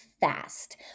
fast